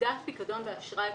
אגודת פיקדון ואשראי,